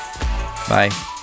Bye